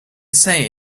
say